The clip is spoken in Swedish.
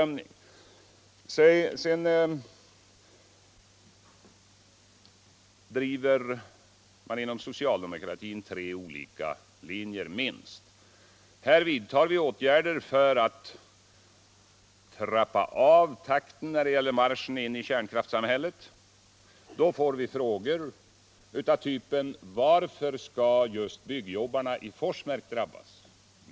Man driver inom socialdemokratin minst tre olika linjer. När vi vidtar åtgärder för att sakta ned marschen in i kärnkraftssamhället får vi frågor av följande typ: Varför skall just byggjobbarna i Forsmark drabbas?